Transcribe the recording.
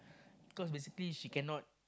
cause basically she cannot